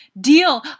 deal